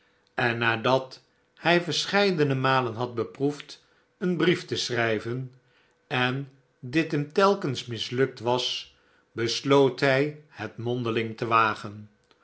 en nadat hij verscheidene malen had beproefd een brief te schrijven en dit hem telkens mislukt was besloot hij het mondeling te wagen